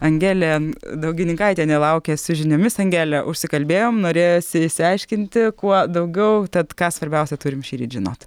angelė daugininkaitienė laukia su žiniomis angele užsikalbėjom norėjosi išsiaiškinti kuo daugiau tad ką svarbiausia turim šįryt žinot